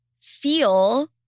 feel